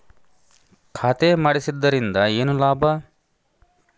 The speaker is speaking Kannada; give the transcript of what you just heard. ಖಾತೆ ಮಾಡಿಸಿದ್ದರಿಂದ ಏನು ಲಾಭ?